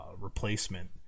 replacement